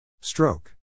Stroke